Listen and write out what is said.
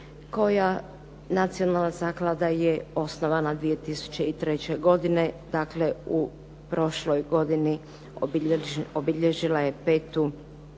zaklada je osnovana 2003. godine, dakle u prošloj godini obilježila je petu